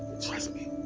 trust me.